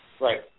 Right